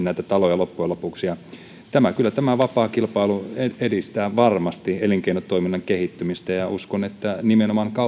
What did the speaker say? näitä taloja sitten loppujen lopuksi lämmitetään kyllä tämä vapaa kilpailu edistää varmasti elinkeinotoiminnan kehittymistä ja uskon että nimenomaan